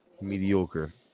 Mediocre